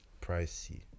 pricey